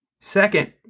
Second